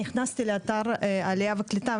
נכנסתי לאתר עלייה וקליטה,